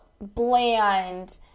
bland